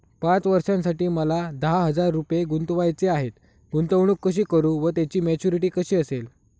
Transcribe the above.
पाच वर्षांसाठी मला दहा हजार रुपये गुंतवायचे आहेत, गुंतवणूक कशी करु व त्याची मॅच्युरिटी कशी असेल?